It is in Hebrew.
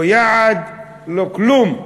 לא יעד, לא כלום.